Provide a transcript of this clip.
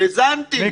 האזנתי.